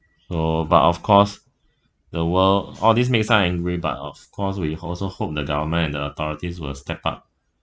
so but of course the world all this makes us angry but of course we also hope the government and the authorities will step up